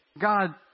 God